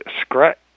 Scratch